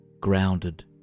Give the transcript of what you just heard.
grounded